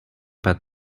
pas